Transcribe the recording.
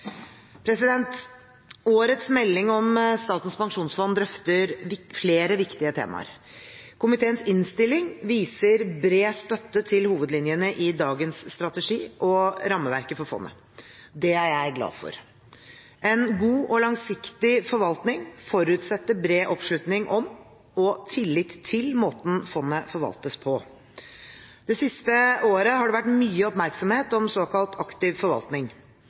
Årets melding om Statens pensjonsfond drøfter flere viktige temaer. Komiteens innstilling viser bred støtte til hovedlinjene i dagens strategi og rammeverket for fondet. Det er jeg glad for. En god og langsiktig forvaltning forutsetter bred oppslutning om og tillit til måten fondet forvaltes på. Det siste året har det vært mye oppmerksomhet om såkalt aktiv forvaltning.